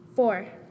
Four